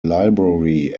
library